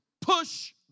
push